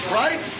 right